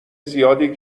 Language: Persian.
زیادی